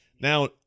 now